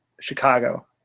Chicago